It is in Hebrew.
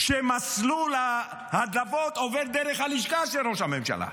שמסלול ההדלפות עובר דרך הלשכה של ראש הממשלה.